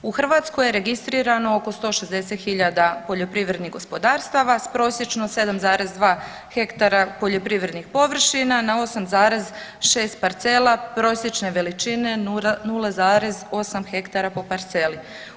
U Hrvatskoj je registrirano oko 160.000 poljoprivrednih gospodarstava s prosječno 7,2 hektara poljoprivrednih površina na 8,6 parcela prosječne veličine 0,8 hektara po parceli.